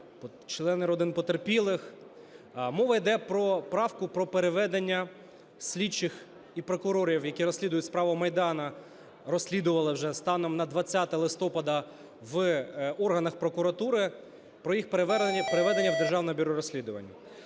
члени родин потерпілих. Мова йде про правку про переведення слідчих і прокурорів, які розслідують справу Майдану, розслідували вже станом на 20 листопада в органах прокуратури, про їх переведення в Державне бюро розслідувань.